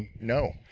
no